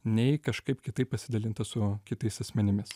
nei kažkaip kitaip pasidalinta su kitais asmenimis